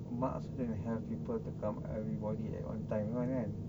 mak also don't have people to come everybody at one time kan